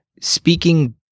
speaking